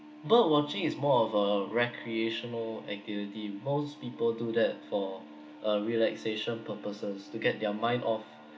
bird watching is more of a recreational activity most people do that for a relaxation purposes to get their mind off